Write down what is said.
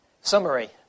Summary